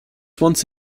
once